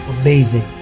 amazing